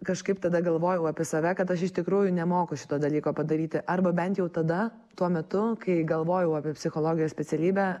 kažkaip tada galvojau apie save kad aš iš tikrųjų nemoku šito dalyko padaryti arba bent jau tada tuo metu kai galvojau apie psichologijos specialybę